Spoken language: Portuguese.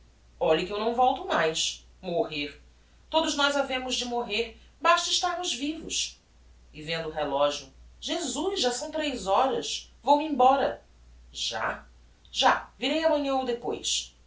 zangada olhe que eu não volto mais morrer todos nós havemos de morrer basta estarmos vivos e vendo o relogio jesus são tres horas vou-me embora já já virei amanhã ou depois